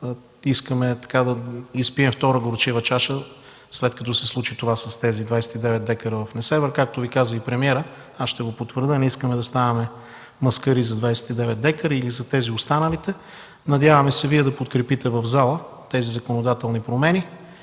искаме да изпием втора горчива чаша, след като се случи това с тези 29 дка в Несебър. Както Ви каза премиерът, аз ще го потвърдя, не искаме да ставаме маскари за 29 дка и за останалите. Надявам се Вие да подкрепите в залата законодателните промени